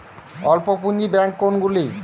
অল্প পুঁজি ব্যাঙ্ক কোনগুলি?